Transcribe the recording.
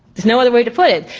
there's no other way to put it.